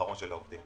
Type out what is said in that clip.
האחרון של העבודה.